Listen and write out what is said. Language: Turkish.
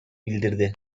bildirdi